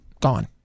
Gone